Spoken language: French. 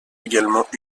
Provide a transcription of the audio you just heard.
également